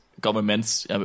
governments